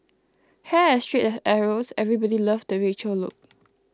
hair as straight as arrows everybody loved the Rachel look